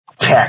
tech